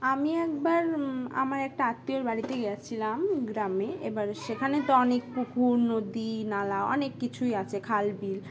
আমি একবার আমার একটা আত্মীয় বাড়িতে গিয়েছিলাম গ্রামে এবার সেখানে তো অনেক পুকুর নদী নালা অনেক কিছুই আছে খাল বিল